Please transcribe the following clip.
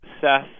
Seth